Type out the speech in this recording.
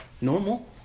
normal